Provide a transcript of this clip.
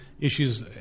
issues